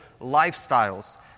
lifestyles